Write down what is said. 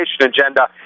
agenda